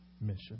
mission